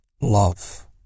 love